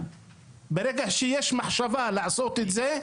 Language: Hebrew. ברגע שיש מחשבה לעשות את זה,